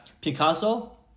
Picasso